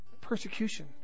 persecution